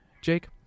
Jake